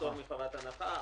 -- פטור מחובת הנחה,